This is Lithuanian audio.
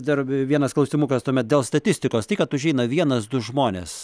dar vie vienas klausimukas tuomet dėl statistikos tai kad užeina vienas du žmonės